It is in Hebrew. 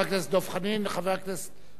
חבר הכנסת עפו אגבאריה,